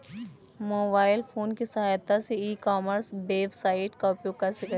Mobile phone की सहायता से ई कॉमर्स वेबसाइट का उपयोग कैसे करें?